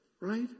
Right